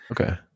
Okay